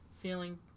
feeling